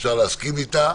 אפשר להסכים איתה,